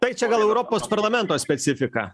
tai čia gal europos parlamento specifika